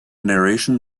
narration